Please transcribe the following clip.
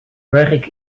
werk